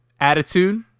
attitude